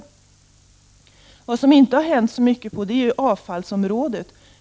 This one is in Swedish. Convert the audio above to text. Det har däremot inte hänt så mycket på avfallsområdet.